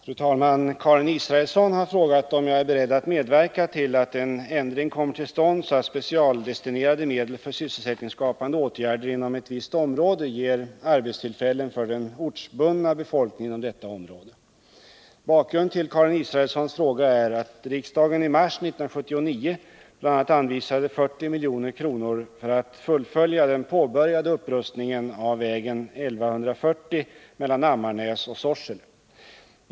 Fru talman! Karin Israelsson har frågat om jag är beredd att medverka till att en ändring kommer till stånd så att specialdestinerade medel för sysselsättningsskapande åtgärder inom ett visst område ger arbetstillfällen för den ortsbundna befolkningen inom detta område. Bakgrunden till Karin Israelssons fråga är att riksdagen i mars 1979 bl.a. anvisade 40 milj.kr. för att fullfölja den påbörjade upprustningen av vägen 1140 mellan Ammarnäs och Sorsele.